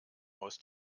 aus